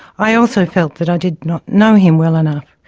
i also felt that i did not know him well enough.